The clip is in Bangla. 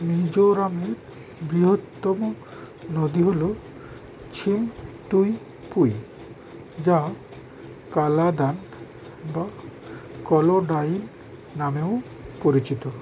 মিজোরামের বৃহত্তম নদী হলো ছিমটুইপুই যা কালাদান বা কলোডাইন নামেও পরিচিত